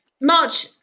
March